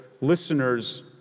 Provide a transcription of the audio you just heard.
listeners